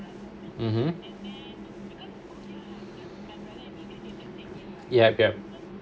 mmhmm yup yup